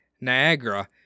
Niagara